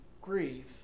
grief